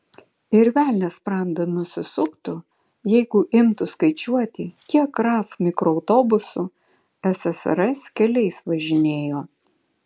ir velnias sprandą nusisuktų jeigu imtų skaičiuoti kiek raf mikroautobusų ssrs keliais važinėjo